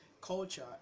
culture